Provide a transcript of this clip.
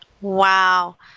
Wow